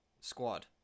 squad